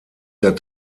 der